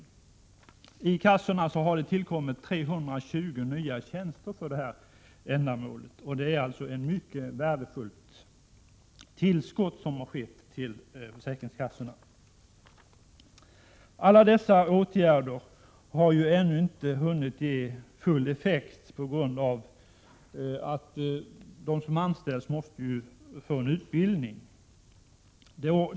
Vid kassorna har det tillkommit 320 nya tjänster för detta ändamål, och det är ett värdefullt tillskott. Alla dessa åtgärder har inte ännu kunnat få full effekt på grund av att de som anställs måste utbildas.